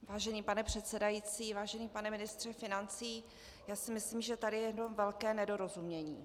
Vážený pane předsedající, vážený pane ministře financí, já si myslím, že tady je jedno velké nedorozumění.